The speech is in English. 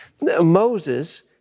Moses